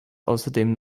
außerdem